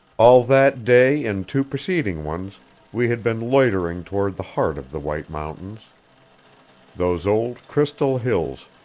all that day and two preceding ones we had been loitering towards the heart of the white mountains those old crystal hills,